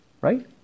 right